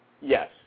Yes